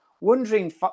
wondering